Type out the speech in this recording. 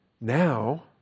Now